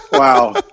Wow